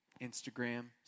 Instagram